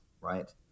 right